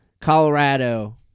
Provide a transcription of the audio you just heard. Colorado